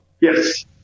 Yes